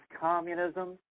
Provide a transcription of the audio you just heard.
communism